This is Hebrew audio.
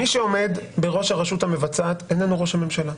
מי שעומד בראש הרשות המבצעת איננו ראש הממשלה.